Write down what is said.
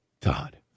Todd